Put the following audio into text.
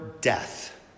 death